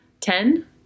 Ten